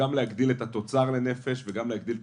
רוצים להגדיל את התוצר לנפש וגם להגדיל את